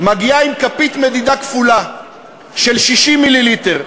מגיעה עם כפית מדידה כפולה של 60 מיליליטר,